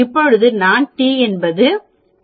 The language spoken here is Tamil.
இப்போது நான் t என்பது 2